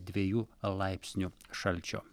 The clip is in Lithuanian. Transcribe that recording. dviejų laipsnių šalčio